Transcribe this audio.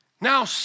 Now